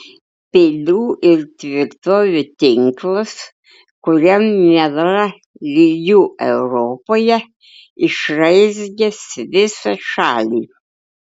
pilių ir tvirtovių tinklas kuriam nėra lygių europoje išraizgęs visą šalį